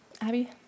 abby